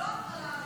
לא זכות טיסה.